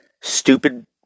Stupid